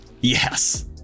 yes